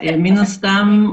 מן הסתם,